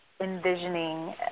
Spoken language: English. envisioning